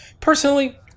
Personally